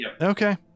Okay